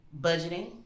budgeting